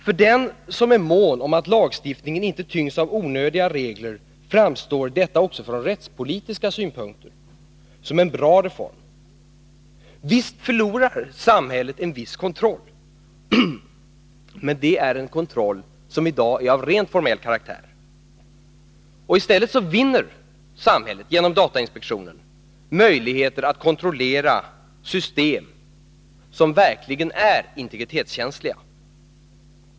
För den som är mån om att lagstiftningen inte tyngs av onödiga regler framstår detta också från rättspolitiska synpunkter som en bra reform. Visst förlorar samhället en viss kontroll, men det är en kontroll som i dag är av rent formell karaktär. I stället vinner samhället, genom datainspektionen, möjligheter att kontrollera system som verkligen är integritetskänsliga.